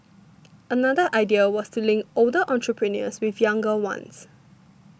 another idea was to link older entrepreneurs with younger ones